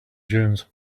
dunes